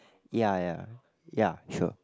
ya ya ya sure